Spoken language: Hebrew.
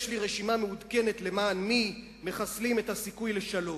יש לי רשימה מעודכנת למען מי מחסלים את הסיכוי לשלום: